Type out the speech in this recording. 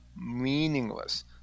meaningless